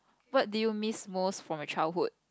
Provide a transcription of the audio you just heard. what do you miss most from your childhood